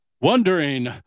wondering